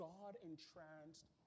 God-entranced